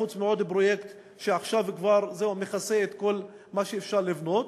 חוץ מעוד פרויקט שעכשיו כבר מכסה את כל מה שאפשר לבנות.